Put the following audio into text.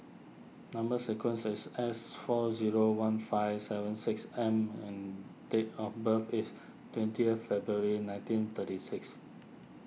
Number Sequence is S four zero one five seven six M and date of birth is twentieth February nineteen thirty six